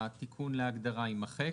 התיקון להגדרה יימחק,